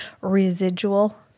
Residual